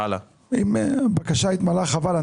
אם הבקשה התמלאה, חבל.